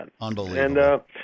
Unbelievable